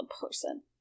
person